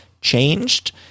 changed